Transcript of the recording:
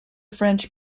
french